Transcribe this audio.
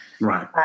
Right